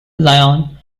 lyon